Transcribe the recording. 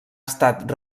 estat